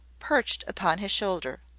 perched upon his shoulder.